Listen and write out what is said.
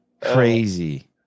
crazy